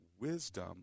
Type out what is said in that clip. wisdom